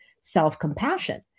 self-compassion